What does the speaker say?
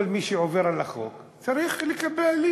כל מי שעובר על החוק צריך להיענש.